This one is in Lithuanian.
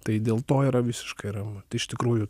tai dėl to yra visiškai ramu tai iš tikrųjų